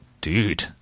Dude